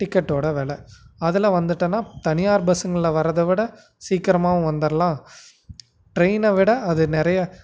டிக்கட்டோடய வெலை அதில் வந்துட்டேனா தனியார் பஸ்ஸுங்களில் வரதை விட சீக்கிரமா வந்துர்லாம் ட்ரெயினை விட அது நிறைய